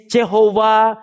Jehovah